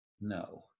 No